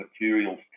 materials